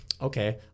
Okay